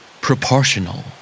Proportional